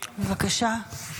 בבקשה.